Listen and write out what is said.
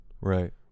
Right